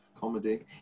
comedy